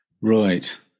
Right